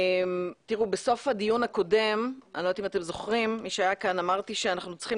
בסוף הדיון הקודם אמרתי שאנחנו צריכים